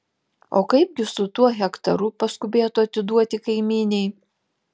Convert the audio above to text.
o kaipgi su tuo hektaru paskubėtu atiduoti kaimynei